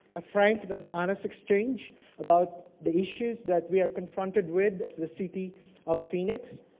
a frank and honest exchange about the issues that we are confronted with as the city of phoenix.